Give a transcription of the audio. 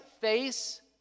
face